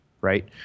right